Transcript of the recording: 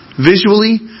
visually